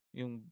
yung